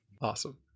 Awesome